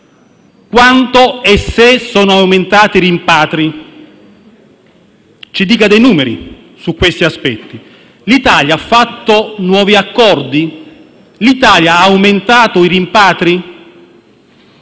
quattro mesi? Sono aumentati i rimpatri e quanto? Ci dia dei dati su questi aspetti. L'Italia ha fatto nuovi accordi? L'Italia ha aumentato i rimpatri?